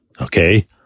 okay